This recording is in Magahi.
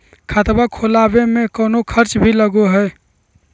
खाता खोलावे में कौनो खर्चा भी लगो है?